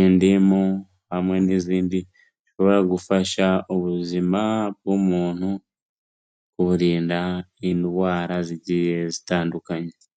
indimu hamwe n'izindi zishobora gufasha ubuzima bw'umuntu kuburinda indwara zigiye zitandukanye.